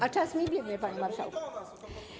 A czas mi biegnie, panie marszałku.